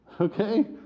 Okay